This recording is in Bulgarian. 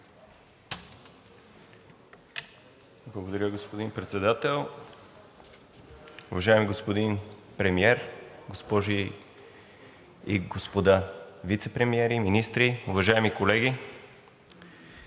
Благодаря, господин Председател. Уважаеми господин Премиер, госпожи и господа вицепремиери, министри, уважаеми колеги!